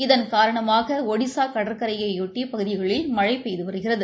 இதன் காரணமாக ஒடிஸா கடற்கரையையொட்டி பகுதிகளில் மழை பெய்து வருகிறது